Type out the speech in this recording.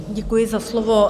Děkuji za slovo.